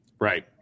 Right